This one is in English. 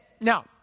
Now